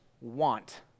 want